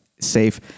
safe